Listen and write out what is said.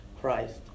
Christ